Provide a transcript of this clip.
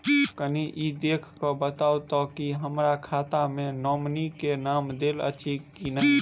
कनि ई देख कऽ बताऊ तऽ की हमरा खाता मे नॉमनी केँ नाम देल अछि की नहि?